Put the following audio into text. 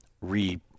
re